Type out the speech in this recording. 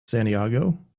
santiago